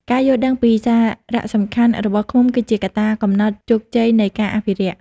ការយល់ដឹងពីសារៈសំខាន់របស់ឃ្មុំគឺជាកត្តាកំណត់ជោគជ័យនៃការអភិរក្ស។